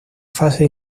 fase